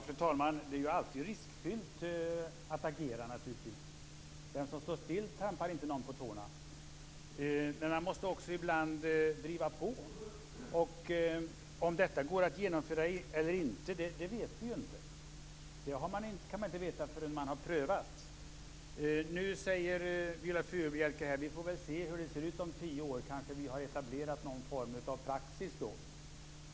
Fru talman! Det är naturligtvis alltid riskfyllt att agera. Den som står still trampar inte någon på tårna. Men man måste ibland också driva på. Om detta går att genomföra eller inte vet vi inte. Det kan man inte veta förrän man har prövat. Nu säger Viola Furubjelke: Vi får väl se hur det ser ut om tio år. Kanske har vi då etablerat någon form av praxis.